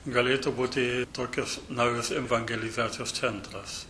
galėtų būti tokios naujos evangelizacijos centras